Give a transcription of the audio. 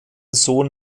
sohn